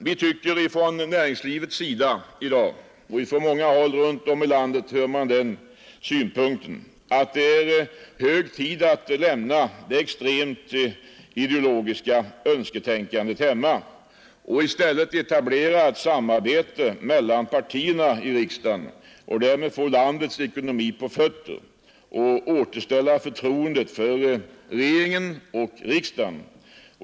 Vi tycker inom näringslivet i dag, och den synpunkten framförs på många håll runt om i landet, att det är hög tid att lämna det extremt ideologiska önsketänkandet hemma och i stället etablera ett samarbete mellan partierna i riksdagen och därmed få landets ekonomi på fötter samt återställa förtroendet för regering och riksdag.